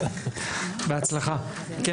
בבקשה.